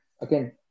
Again